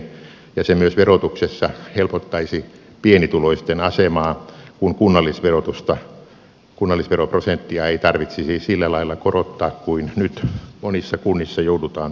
se myös verotuksessa helpottaisi pienituloisten asemaa kun kunnallisveroprosenttia ei tarvitsisi sillä lailla korottaa kuin nyt monissa kunnissa joudutaan tekemään